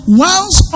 whilst